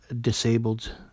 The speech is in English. disabled